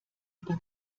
über